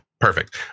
perfect